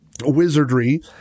wizardry